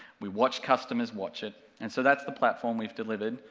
we watched customers watch it, and so that's the platform we've delivered,